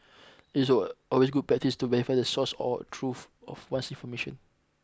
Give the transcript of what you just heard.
it's always good practice to verify the source or truth of one's information